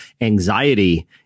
anxiety